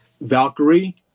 Valkyrie